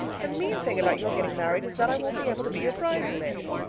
the mean thing about your getting married is that i won't be able to be your bridesmaid,